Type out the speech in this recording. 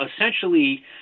essentially